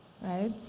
Right